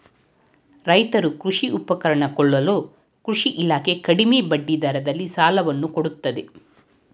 ರೈತರು ಕೃಷಿ ಉಪಕರಣ ಕೊಳ್ಳಲು ಕೃಷಿ ಇಲಾಖೆ ಕಡಿಮೆ ಬಡ್ಡಿ ದರದಲ್ಲಿ ಸಾಲವನ್ನು ಕೊಡುತ್ತದೆ